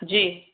جی